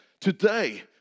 today